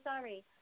sorry